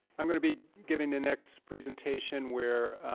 i'm going to be giving the next presentation, where